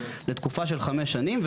לתקופה של חמש שנים.